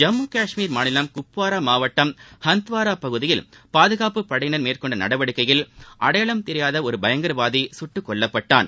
ஜம்மு காஷ்மீர் மாநிலம் குப்வாரா மாவட்டம் ஹந்த்வாரா பகுதியில் பாதுகாப்பு படையினர் மேற்கொண்ட நடவடிக்கையில் அடையாளம் தெரியாத ஒரு பயங்கரவாதி சுட்டுக்கொல்லப்பட்டான்